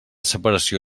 separació